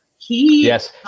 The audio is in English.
Yes